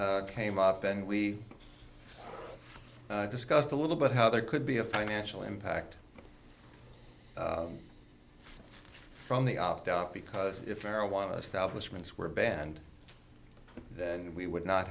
out came up and we discussed a little bit how there could be a financial impact from the opt out because if marijuana establishment is were banned then we would not